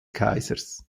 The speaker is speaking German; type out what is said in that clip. kaisers